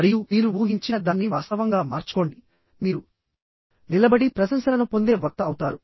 మరియు మీరు ఊహించిన దాన్ని వాస్తవంగా మార్చుకోండిమీరు నిలబడి ప్రశంసలను పొందే వక్త అవుతారు